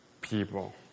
people